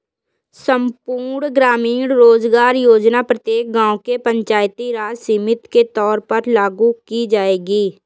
संपूर्ण ग्रामीण रोजगार योजना प्रत्येक गांव के पंचायती राज समिति के तौर पर लागू की जाएगी